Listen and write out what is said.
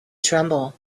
tremble